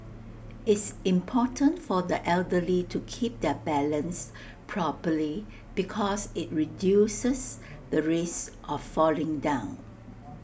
it's important for the elderly to keep their balance properly because IT reduces the risk of falling down